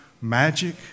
magic